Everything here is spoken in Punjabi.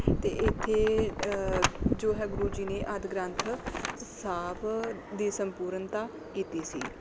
ਅਤੇ ਇੱਥੇ ਜੋ ਹੈ ਗੁਰੂ ਜੀ ਨੇ ਆਦਿ ਗ੍ਰੰਥ ਸਾਹਿਬ ਦੀ ਸੰਪੂਰਨਤਾ ਕੀਤੀ ਸੀ